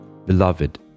Beloved